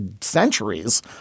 centuries